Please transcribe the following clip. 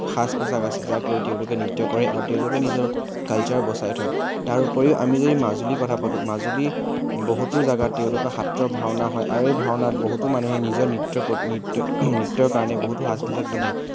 সাজ পোছাক আছে যাক লৈ তেওঁলোকে নৃত্য কৰে আৰু তেওঁলোকে নিজৰ কালচাৰ বচাই থয় তাৰোপৰি আমি যদি মাজুলীৰ কথা পাতোঁ মাজুলী বহুতো জেগাত তেওঁলোকৰ সত্ৰ ভাওনা হয় আৰু এই ভাওনাত বহুতো মানুহে নিজৰ নৃত্য প নৃত্য নৃত্যৰ কাৰণে বহুতো সাজ পোচাক পিন্ধে